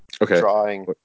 Drawing